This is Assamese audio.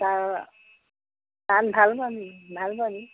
তাত ভাল পাবি ভাল পাবি